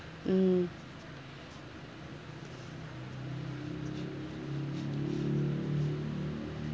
mm